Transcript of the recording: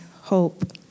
hope